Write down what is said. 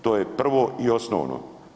To je prvo i osnovno.